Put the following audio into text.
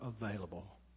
available